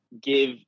give